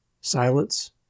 silence